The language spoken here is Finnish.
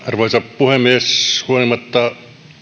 arvoisa puhemies huolimatta